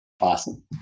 Awesome